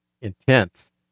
intense